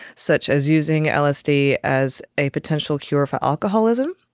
such as using lsd as a potential cure for alcoholism.